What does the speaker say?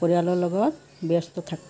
পৰিয়ালৰ লগত ব্যস্ত থাকো